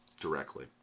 directly